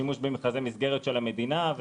שימוש במכרזי מסגרת של המדינה,